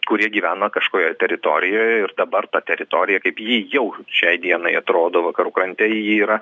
kurie gyvena kažkokioje teritorijoje ir dabar ta teritorija kaip ji jau šiai dienai atrodo vakarų krante ji yra